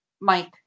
Mike